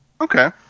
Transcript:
Okay